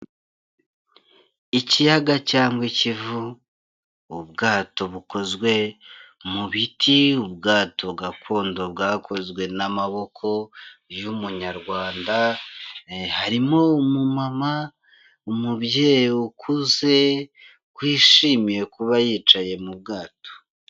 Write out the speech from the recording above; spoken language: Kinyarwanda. Ikiyaga cyangwa ikivu, ubwato bukozwe mu biti, ubwato gakondo bwakozwe n'amaboko y'umunyarwanda, harimo umuma, umubyeyi ukuze wishimiye kuba yicaye mu bwato.